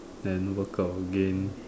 and workout again